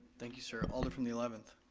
thank you sir, alder from the eleventh.